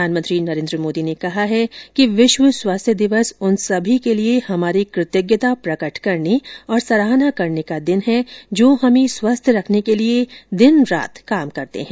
प्रधानमंत्री नरेन्द्र मोदी ने कहा है कि विश्व स्वास्थ्य दिवस उन सभी के लिए हमारी कृतज्ञता प्रकट करने और सराहना करने का दिन है जो हमे स्वस्थ रखने के लिए दिन रात काम करते हैं